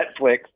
Netflix